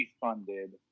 funded